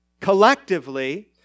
Collectively